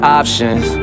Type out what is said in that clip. options